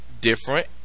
different